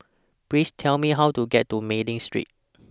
Please Tell Me How to get to Mei Ling Street